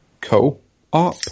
Co-op